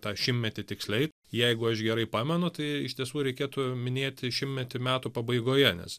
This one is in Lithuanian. tą šimtmetį tiksliai jeigu aš gerai pamenu tai iš tiesų reikėtų minėti šimtmetį metų pabaigoje nes